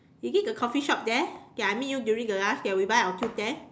is it the coffee shop there that I meet you during the lunch that we buy our food there